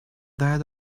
diet